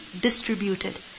distributed